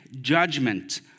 judgment